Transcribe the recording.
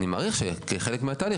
אני מעריך שכחלק מהתהליך,